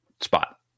spot